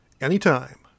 Anytime